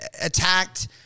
attacked